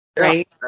right